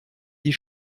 die